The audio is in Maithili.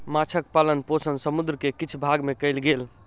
माँछक पालन पोषण समुद्र के किछ भाग में कयल गेल